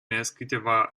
menționez